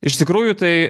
iš tikrųjų tai